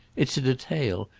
it's a detail,